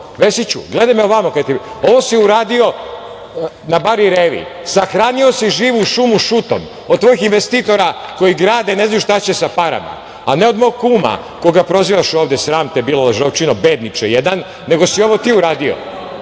Vesiću, gledajmo ovamo. Ovo si uradio na Bari Revi. Sahranio si živu šumu šutom, od tvojih investitora koji grade, ne znaju šta će sa parama, a ne od mog kuma koga prozivaš ovde. Sram te boli lažovčino, bedniče jedan, nego si ovo ti uradio.